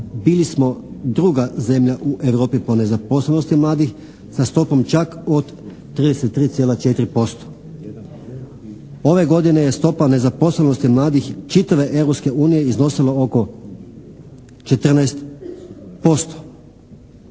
bili smo druga zemlja u Europi po nezaposlenosti mladih sa stopom čak od 33,4%. Ove godine je stopa nezaposlenosti mladih čitave Europske unije iznosila oko 14%.